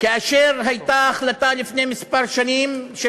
כאשר הייתה לפני כמה שנים החלטה של